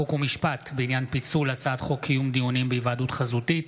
חוק ומשפט בדבר פיצול הצעת חוק קיום דיונים בהיוועדות חזותית